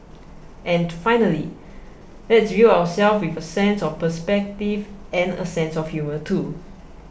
and finally let's view ourselves with a sense of perspective and a sense of humour too